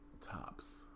Tops